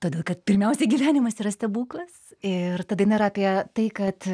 todėl kad pirmiausiai gyvenimas yra stebuklas ir ta daina yra apie tai kad